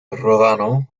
ródano